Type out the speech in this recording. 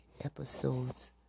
episodes